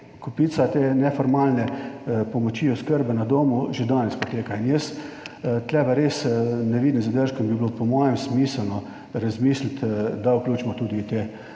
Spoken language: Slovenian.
kopica te neformalne pomoči oskrbe na domu že danes poteka in jaz tu pa res ne vidim zadržkov in bi bilo po mojem smiselno razmisliti, da vključimo tudi te